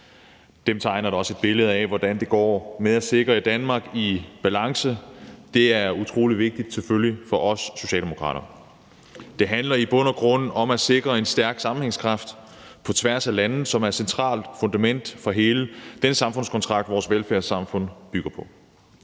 Den tegner også et billede af, hvordan det går med at sikre et Danmark i balance, og det er selvfølgelig utrolig vigtigt for os Socialdemokrater. Det handler i bund og grund om at sikre en stærk sammenhængskraft på tværs af områder, som er et centralt fundament for hele den samfundskontrakt, vores velfærdssamfund bygger på.